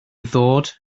ddod